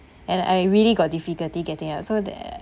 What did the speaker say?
and I really got difficulty getting out so they